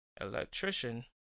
electrician